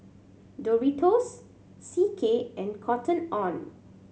Doritos C K and Cotton On